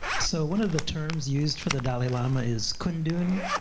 so one of the terms used for the dalai lama is kundun,